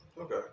Okay